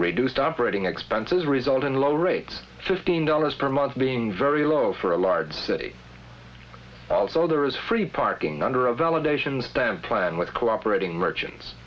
reduced operating expenses result in low rates fifteen dollars per month being very low for a large city so there is free parking under a validations them plan with cooperating merchants